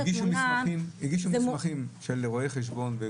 התמונה --- הגישו מסמכים של רואי חשבון,